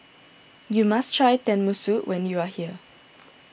you must try Tenmusu when you are here